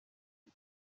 und